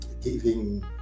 giving